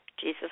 Jesus